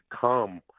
come